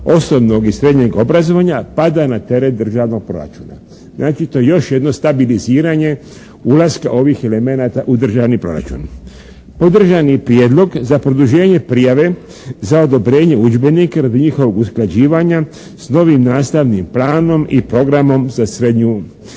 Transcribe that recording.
osnovnog i srednjeg obrazovanja pada na teret državnog proračuna. Znači to je još jedno stabiliziranje ulaska ovih elemenata u državni proračun. Podržan je prijedlog za produženje prijave za odobrenje udžbenika radi njihovog usklađivanja sa novim nastavnim planom i programom za srednju i za